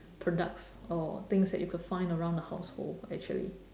products or things that you could find around the household actually